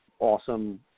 awesome